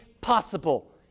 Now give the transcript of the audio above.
possible